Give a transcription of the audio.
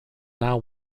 now